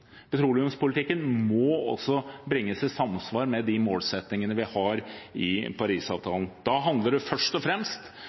Petroleumspolitikken må bringes i samsvar med de målsettingene vi har i